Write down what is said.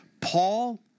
Paul